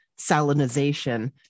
salinization